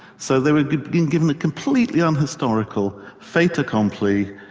so they had been given a completely unhistorical fait accompli,